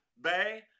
Bay